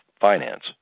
finance